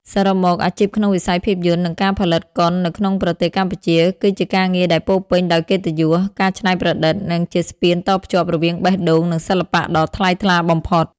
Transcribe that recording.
សរុបមក អាជីពក្នុងវិស័យភាពយន្ត និងការផលិតកុននៅក្នុងប្រទេសកម្ពុជា គឺជាការងារដែលពោរពេញដោយកិត្តិយស ការច្នៃប្រឌិត និងជាស្ពានតភ្ជាប់រវាងបេះដូង និងសិល្បៈដ៏ថ្លៃថ្លាបំផុត។